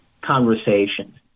conversations